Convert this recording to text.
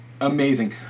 amazing